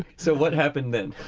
so, what happened then?